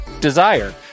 Desire